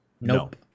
Nope